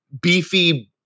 beefy